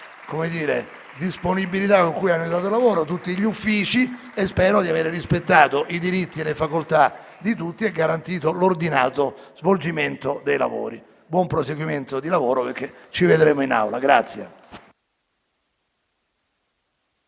per la disponibilità con cui hanno aiutato il mio lavoro e tutti gli Uffici. Spero di aver rispettato i diritti e le facoltà di tutti e garantito l'ordinato svolgimento dei lavori. Buon proseguimento di lavoro, ci vedremo in Aula.